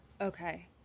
Okay